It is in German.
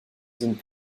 sind